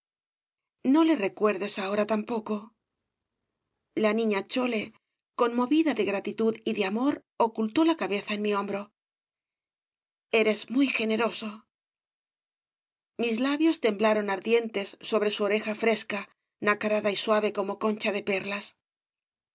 no le recuerdes ahora tampoco la niña chole conmovida de gratitud y de amor ocultó la cabeza en mi hombro eres muy generoso mis labios temblaron ardientes sobre su oreja fresca nacarada y suave como concha de perlas